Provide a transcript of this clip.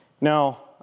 Now